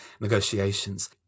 negotiations